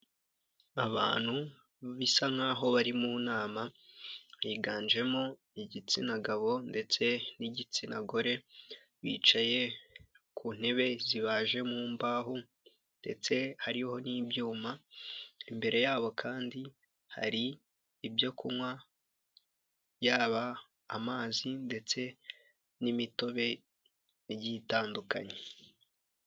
Abantu bisa nk'aho bari mu nama higanjemo igitsina gabo ndetse n'igitsina gore, bicaye ku ntebe zibaje mu mbaho ndetse hariho n'ibyuma; imbere yabo kandi hari ibyo kunywa yaba amazi, ndetse n'imitobe igiye itandukanye.